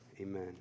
amen